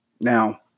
Now